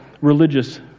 religious